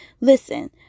Listen